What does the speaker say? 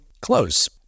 close